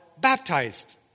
baptized